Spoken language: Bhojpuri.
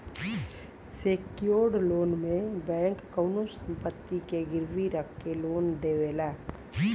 सेक्योर्ड लोन में बैंक कउनो संपत्ति के गिरवी रखके लोन देवला